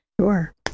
Sure